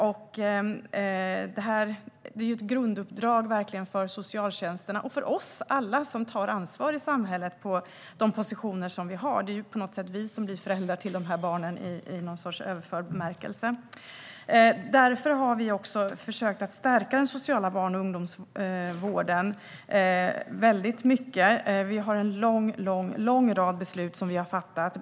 Det här är verkligen ett grunduppdrag för socialtjänsterna och för oss alla som tar ansvar i samhället på de positioner vi har. Det är ju på något sätt vi som blir föräldrar till de här barnen i någon sorts överförd bemärkelse. Därför har vi också försökt att stärka den sociala barn och ungdomsvården väldigt mycket. Vi har en lång rad beslut som vi har fattat.